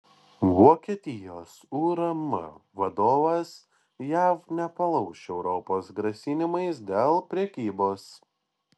vokietijos urm vadovas jav nepalauš europos grasinimais dėl prekybos